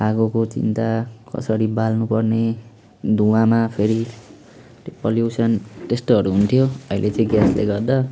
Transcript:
आगोको चिन्ता कसरी बाल्नुपर्ने धुवाँमा फेरि त्यो पल्युसन त्यस्तोहरू हुन्थ्यो अहिले चाहिँ ग्यासले गर्दा